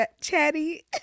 chatty